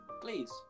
Please